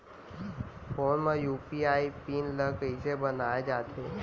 Phone म UPI pin ल कइसे बनाये जाथे?